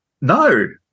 No